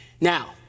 Now